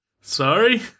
Sorry